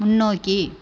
முன்னோக்கி